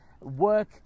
work